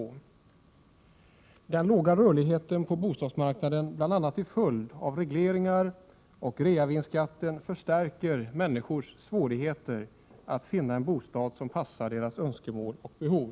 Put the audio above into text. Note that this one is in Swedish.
Oo Den låga rörligheten på bostadsmarknaden bl.a. till följd av regleringarna och reavinstskatten förstärker människors svårigheter att finna en bostad som passar deras önskemål och behov.